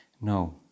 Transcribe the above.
no